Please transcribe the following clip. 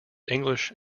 english